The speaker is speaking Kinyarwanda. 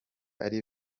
ari